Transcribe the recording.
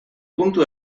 puntu